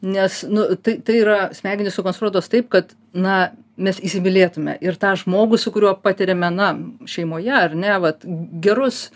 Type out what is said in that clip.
nes nu tai tai yra smegenys sukonstruotos taip kad na mes įsimylėtume ir tą žmogų su kuriuo patiriame na šeimoje ar ne vat gerus